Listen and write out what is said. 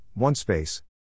OneSpace